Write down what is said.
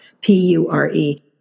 P-U-R-E